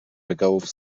regałów